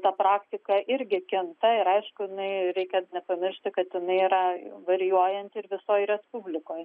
ta praktika irgi kinta ir aišku jinai reikia nepamiršti kad jinai yra varijuojanti ir visoj respublikoj